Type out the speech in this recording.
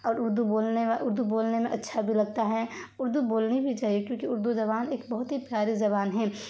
اور اردو بولنے اردو بولنے میں اچھا بھی لگتا ہے اردو بولنی بھی چاہیے کیونکہ اردو زبان ایک بہت ہی پیاری زبان ہے